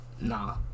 Nah